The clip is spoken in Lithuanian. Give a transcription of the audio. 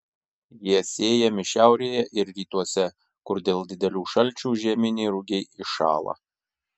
jie sėjami šiaurėje ir rytuose kur dėl didelių šalčių žieminiai rugiai iššąla